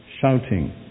shouting